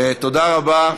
תודה רבה.